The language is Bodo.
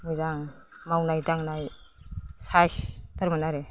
मोजां मावनाय दांनाय सायसथारमोन आरो